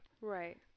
right